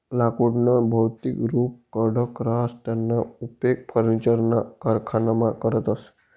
लाकुडनं भौतिक रुप कडक रहास त्याना उपेग फर्निचरना कारखानामा करतस